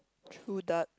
true that